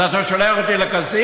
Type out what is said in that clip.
אז אתה שולח אותי לכסיף?